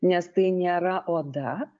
nes tai nėra oda